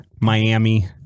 Miami